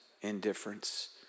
indifference